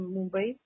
Mumbai